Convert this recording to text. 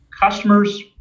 customers